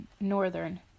Northern